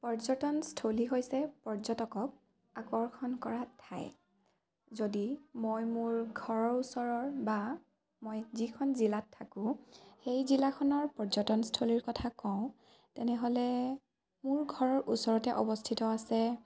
পৰ্যটনস্থলী হৈছে পৰ্যটকক আকৰ্ষণ কৰা ঠাই যদি মই মোৰ ঘৰৰ ওচৰৰ বা মই যিখন জিলাত থাকোঁ সেই জিলাখনৰ পৰ্যটনস্থলীৰ কথা কওঁ তেনেহ'লে মোৰ ঘৰৰ ওচৰতে অৱস্থিত আছে